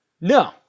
No